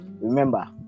remember